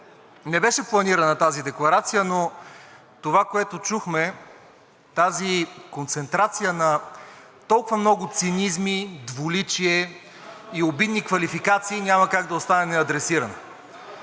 Не беше планирана тази декларация, но това, което чухме – тази концентрация на толкова много цинизми, двуличие и обидни квалификации, няма как да остане неадресирано.